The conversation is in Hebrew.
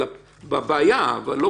לא עשינו